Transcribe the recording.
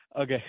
Okay